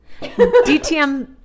DTM